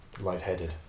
lightheaded